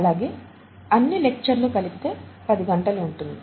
అలాగే అన్ని లెక్చర్లు కలిపితే పది గంటలు ఉంటుంది